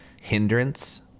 hindrance